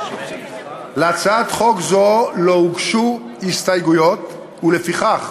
להצעת חוק זו לא הוגשו הסתייגויות, ולפיכך